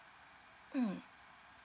mm